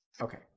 Okay